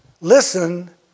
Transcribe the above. listen